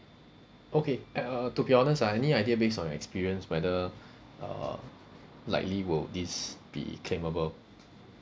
okay at uh to be honest ah any idea based on your experience whether uh likely would this be claimable